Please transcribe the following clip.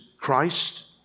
Christ